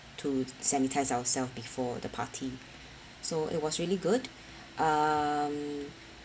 to sanitise ourselves before the party so it was really good um